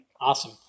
Awesome